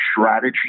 strategy